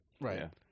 Right